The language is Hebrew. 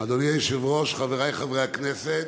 אדוני היושב-ראש, חבריי חברי הכנסת,